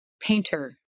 painter